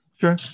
sure